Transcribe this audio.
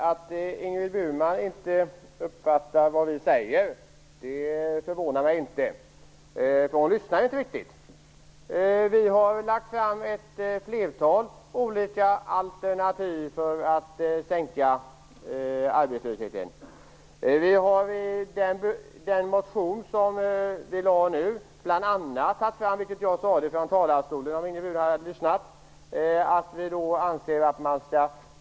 Fru talman! Det förvånar mig inte att Ingrid Burman inte uppfattar vad vi säger. Hon lyssnar inte riktigt. Vi har lagt fram ett flertal alternativ för att sänka arbetslösheten. I den motion som vi lade fram nu har vi bl.a. skrivit att vi anser att företagen skall kunna göra avdrag för dem som är äldre än 55 år.